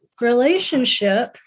relationship